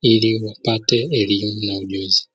ili wapate elimu na ujuzi.